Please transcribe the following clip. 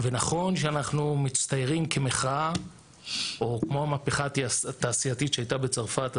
ונכון שאנחנו מצטיירים כמחאה או כמו המהפכה התעשייתית שהייתה בצרפת,